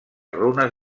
runes